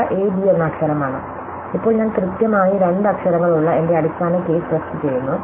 അവ a b എന്ന അക്ഷരമാണ് ഇപ്പോൾ ഞാൻ കൃത്യമായി രണ്ട് അക്ഷരങ്ങളുള്ള എന്റെ അടിസ്ഥാന കേസ് ബ്രെസ്റ്റ് ചെയ്യുന്നു